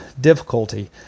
difficulty